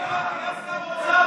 שר האוצר,